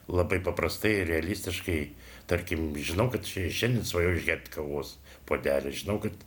labai paprastai ir realistiškai tarkim žinau kad šiandien svajojau išgerti kavos puodelį žinau kad